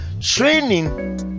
training